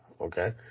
okay